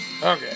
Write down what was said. Okay